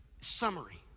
summary